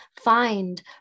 Find